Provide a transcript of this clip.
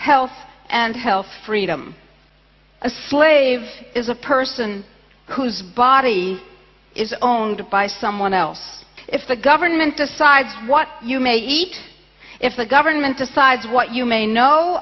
health and health freedom a slave is a person whose body is owned by someone else if the government decides what you may eat if the government decides what you may know